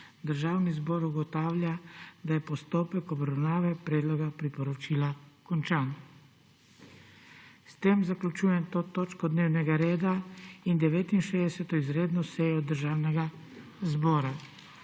Državni zbor ugotavlja, da je postopek obravnave predloga priporočila končan. S tem zaključujem to točko dnevnega reda in 69. izredno sejo Državnega zbora.